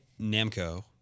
Namco